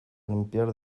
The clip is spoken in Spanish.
limpiar